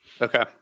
Okay